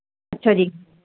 ਅੱਛਾ ਜੀ